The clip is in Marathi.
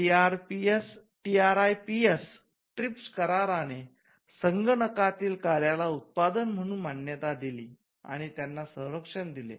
टीआरआयपीएस कराराने संगणकातील कार्याला उत्पादन म्हूणन मान्यता दिली आणि त्यांना संरक्षण दिले